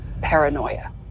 paranoia